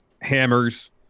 hammers